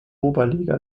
oberliga